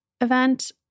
event